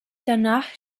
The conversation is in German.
danach